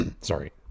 Sorry